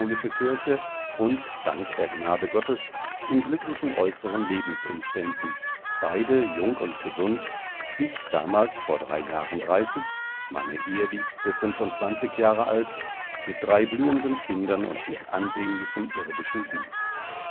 kirche und dank der gnade gottes in glücklichen äußeren lebensumständen beide jung und gesund ich damals vor drei jahren dreißig meine eheliebste fünfundzwanzig jahre alt mit drei blühenden kindern und mit ansehnlichem irdischem gut